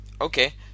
Okay